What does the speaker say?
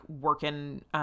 working